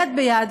יד ביד,